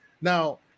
Now